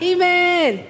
Amen